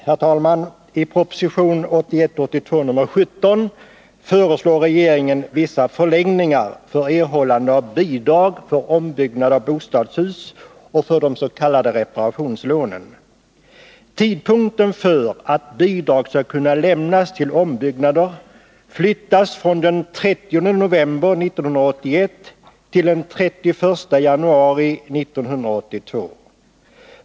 Herr talman! I propositionen 1981/82:17 föreslår regeringen vissa förlängningar för erhållande av bidrag för ombyggnad av bostadshus och för de s.k. reparationslånen. Tidpunkten då bidrag senast skall kunna lämnas till ombyggnader flyttas från den 30 november 1981 till den 31 januari 1982.